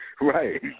right